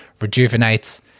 rejuvenates